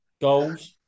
Goals